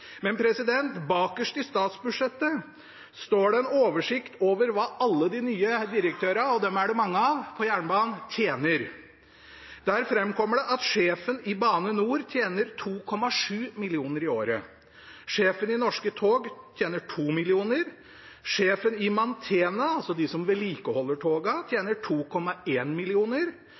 Men bakerst i statsbudsjettet er det en oversikt over hva alle de nye direktørene på jernbanen – og dem er det mange av – tjener. Der framkommer det at sjefen i Bane NOR tjener 2,7 mill. kr i året. Sjefen i Norske tog tjener 2 mill. kr. Sjefen i Mantena – de som vedlikeholder togene – tjener